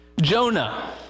Jonah